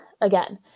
again